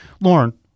Lauren